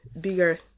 bigger